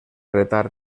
retard